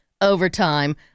overtime